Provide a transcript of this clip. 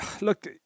look